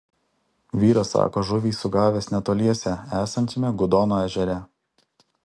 vyras sako žuvį sugavęs netoliese esančiame gudono ežere